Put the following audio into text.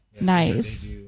Nice